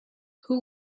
who